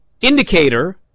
indicator